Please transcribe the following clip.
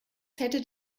hättet